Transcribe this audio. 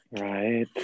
right